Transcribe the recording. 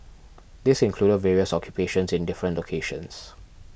this included various occupations in different locations